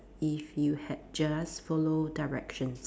if you had just follow directions